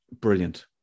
brilliant